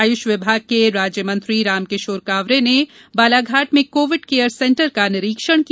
आयुष विभाग के राज्यमंत्री रामकिशोर कांवरे ने बालाघाट में कोविड कैयर सेंटर का निरीक्षण किया